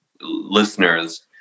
listeners